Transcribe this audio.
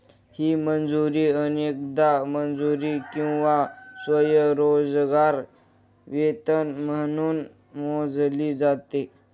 ही मजुरी अनेकदा मजुरी किंवा स्वयंरोजगार वेतन म्हणून मोजली जाते